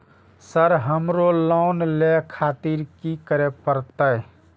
Sir हमरो loan ले खातिर की करें परतें?